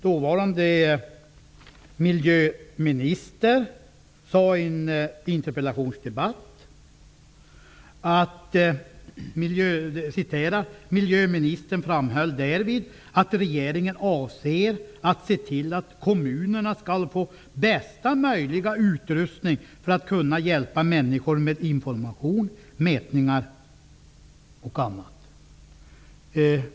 Dåvarande miljöministern framhöll i en interpellationsdebatt att regeringen avsåg att se till att kommunerna skulle få bästa möjliga utrustning för att kunna hjälpa människor med information, mätningar och annat.